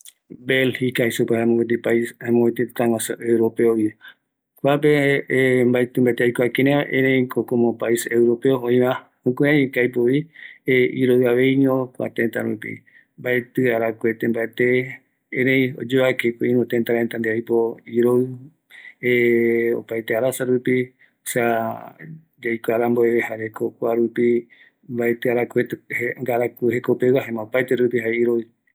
Belgica ¨tëtä europeo, mbaetɨ aikua ,mbate arasa rupi kïraïra, mabeti yaikua mbate arakuvo iarape, ëreï¨oïme ou araku iarape, ëreï¨kua tëtäpe jae opa arasa rupi iroɨ